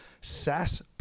SaaS